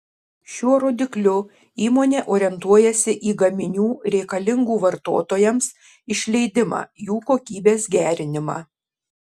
šiuo rodikliu įmonė orientuojasi į gaminių reikalingų vartotojams išleidimą jų kokybės gerinimą